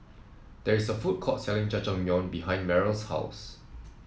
there is a food court selling Jajangmyeon behind Meryl's house